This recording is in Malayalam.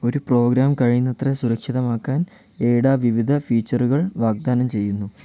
ഒരു പ്രോഗ്രാം കഴിയുന്നത്ര സുരക്ഷിതമാക്കാൻ എയ്ഡാ വിവിധ ഫീച്ചറുകൾ വാഗ്ദാനം ചെയ്യുന്നു